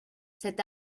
cet